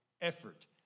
effort